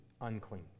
unclean